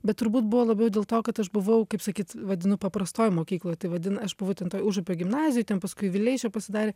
bet turbūt buvo labiau dėl to kad aš buvau kaip sakyt vadinu paprastoj mokykloj tai vadina aš buvau ten toj užupio gimnazijoj ten paskui vileišio pasidarė